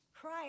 cry